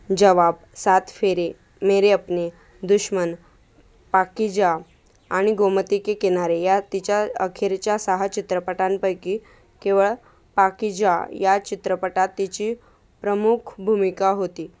जवाब सातफेरे मेरे अपने दुश्मन पाकीजा आणि गोमती के किनारे या तिच्या अखेरच्या सहा चित्रपटांपैकी केवळ पाकीजा या चित्रपटात तिची प्रमुख भूमिका होती